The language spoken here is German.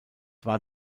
war